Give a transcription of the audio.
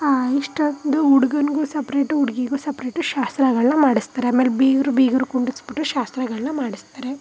ಇಷ್ಟೊಂದು ಹುಡ್ಗನಿಗೂ ಸಪ್ರೇಟು ಹುಡ್ಗಿಗೂ ಸಪ್ರೇಟು ಶಾಸ್ತ್ರಗಳನ್ನ ಮಾಡಿಸ್ತಾರೆ ಆಮೇಲೆ ಬೀಗರು ಬೀಗರು ಕುಂಡಿರ್ಸ್ಬಿಟ್ಟು ಶಾಸ್ತ್ರಗಳನ್ನ ಮಾಡಸ್ತಾರೆ